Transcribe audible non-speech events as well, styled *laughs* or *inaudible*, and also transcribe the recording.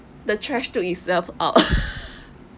the trash took itself out *laughs*